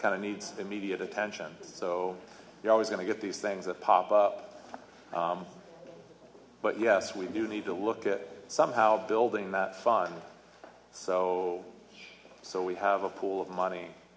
kind of needs immediate attention so you're always going to get these things that pop up but yes we do need to look at somehow building that fire so much so we have a pool of money